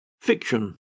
Fiction